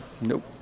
Nope